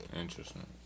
Interesting